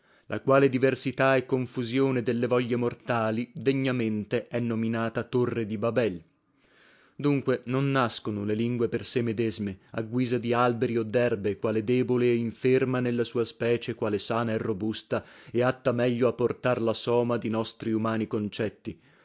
la quale diversità e confusione delle voglie mortali degnamente è nominata torre di babel dunque non nascono le lingue per sé medesme a guisa di alberi o derbe quale debole e inferma nella sua specie quale sana e robusta e atta meglio a portar la soma di nostri umani concetti